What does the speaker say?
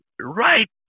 Right